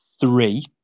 three